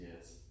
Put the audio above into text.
yes